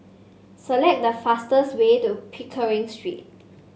select the fastest way to Pickering Street